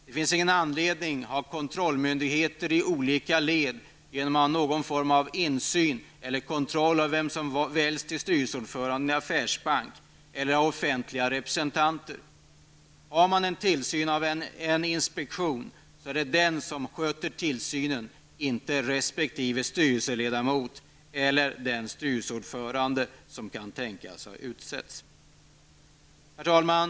Det finns ingen anledning att ha kontrollmyndigheter i olika led genom någon form av insyn i eller kontroll av vem som väljs till styrelseordförande i en affärsbank eller i form av offentliga representanter. Har man en tillsynsmyndighet skall den sköta tillsynen, inte resp. styrelseledamot eller styrelseordförande som kan tänkas ha utsetts. Herr talman!